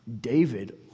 David